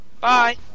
Bye